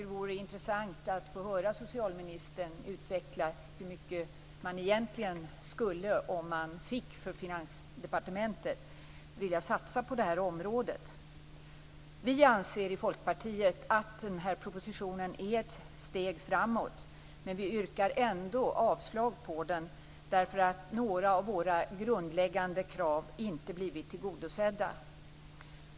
Det vore intressant att få höra socialministern utveckla hur mycket man, om man fick för Finansdepartementet, egentligen skulle vilja satsa på det här området. Vi i Folkpartiet anser att den här propositionen är ett steg framåt. Ändå yrkar vi avslag på den. Det gör vi därför att några av våra grundläggande krav inte har blivit tillgodosedda.